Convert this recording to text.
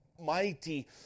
mighty